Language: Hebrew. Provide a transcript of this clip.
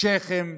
שייח'ים.